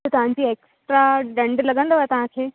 त तव्हांखे एक्सट्रा डंॾ लॻंदव तव्हांखे